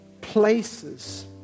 places